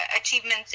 achievements